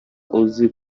uzi